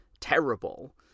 terrible